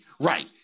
right